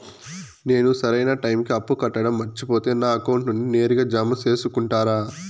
నేను సరైన టైముకి అప్పు కట్టడం మర్చిపోతే నా అకౌంట్ నుండి నేరుగా జామ సేసుకుంటారా?